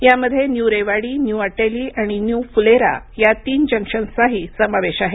यामध्ये new Rewari new Ateli आणि new Phulera या तीन जंक्शन्सचाही समावेस आहे